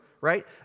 right